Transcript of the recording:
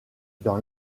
dans